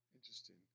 Interesting